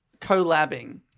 collabing